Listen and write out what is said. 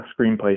screenplay